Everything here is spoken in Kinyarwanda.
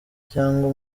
cyangwa